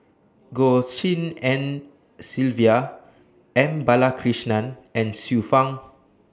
Goh Tshin En Sylvia M Balakrishnan and Xiu Fang